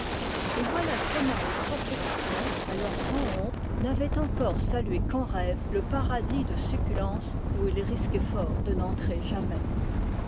et voilà comment les trois plestinais à leur grand'honte n'avaient encore salué qu'en rêve le paradis de succulences où ils risquaient fort de n'entrer jamais